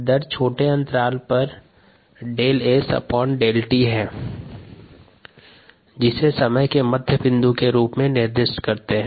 दर छोटे अन्तराल पर ΔSΔt है जिसे समय के मध्य बिंदु के रूप में निर्दिष्ट करते हैं